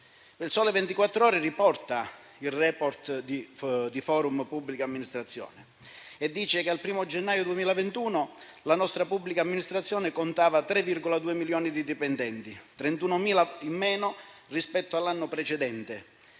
Il «Sole 24 Ore» riporta il *report* di ForumPA e dice che al 1° gennaio 2021 la nostra pubblica amministrazione contava 3,2 milioni di dipendenti, 31.000 in meno rispetto all'anno precedente: